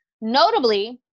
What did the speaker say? Notably